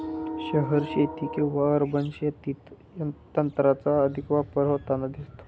शहरी शेती किंवा अर्बन शेतीत तंत्राचा अधिक वापर होताना दिसतो